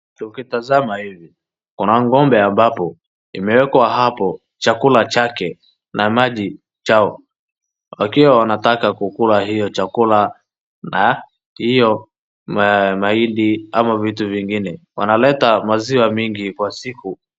Tukitazama hivi kuna ng'ombe ambapo imewekwa hapo chakula chake na maji chao, wakiwa wanataka kukula hio chakula na hio mahindi ama vitu vingine. Wanaleta aziwa nyingi kwa siku.